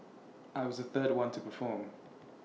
I was the third one to perform